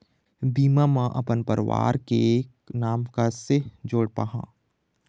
बीमा म अपन परवार के नाम कैसे जोड़ पाहां?